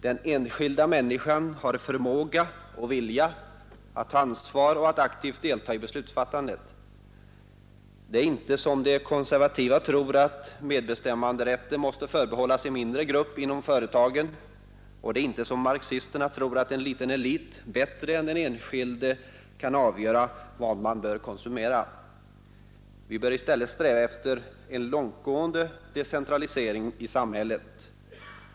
Den enskilda människan har förmåga och vilja att ta ansvar och att aktivt delta i beslutsfattandet. Det är inte som de konservativa tror, att medbestämmanderätten måste förbehållas en mindre grupp inom företagen, och det är inte som marxisterna tror, att en liten elit bättre än den enskilde kan avgöra vad man bör konsumera. Vi bör i stället sträva efter en långtgående decentralisering i samhället.